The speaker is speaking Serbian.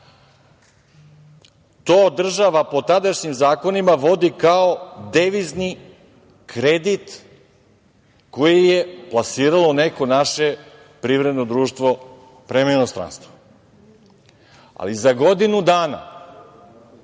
to država po tadašnjim zakonima vodi kao devizni kredit koji je plasirao neko naše privredno društvo prema inostranstvu. Ali, za godinu dana